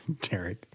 Derek